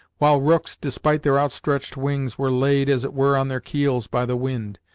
while rooks, despite their outstretched wings, were laid, as it were, on their keels by the wind.